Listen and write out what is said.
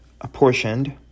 apportioned